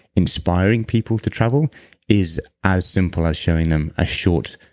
inspiring people to travel is as simple as showing them a short,